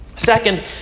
Second